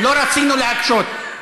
לא רצינו להקשות.